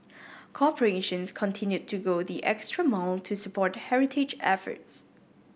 corporations continued to go the extra mile to support heritage efforts